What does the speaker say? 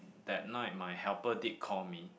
that night my helper did call me